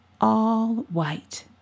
all-white